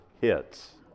hits